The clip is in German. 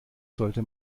sollte